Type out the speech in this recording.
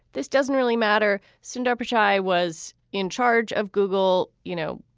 this doesn't really matter. sundar pichai was in charge of google. you know,